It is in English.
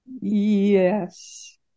Yes